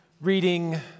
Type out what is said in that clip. reading